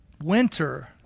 winter